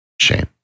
shame